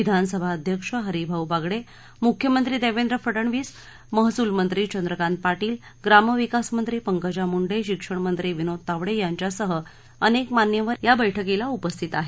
विधानसभा अध्यक्ष हरिभाऊ बागडे मुख्यमंत्री देवेद्र फडनवीस महसूल मंत्री चंद्रकांत पाटील ग्रामविकास मंत्री पंकजा मुंडे शिक्षणमंत्री विनोद तावडे यांच्यासह अनेक मान्यवर या बैठकीला उपस्थित आहेत